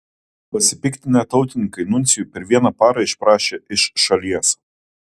pasipiktinę tautininkai nuncijų per vieną parą išprašė iš šalies